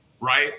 Right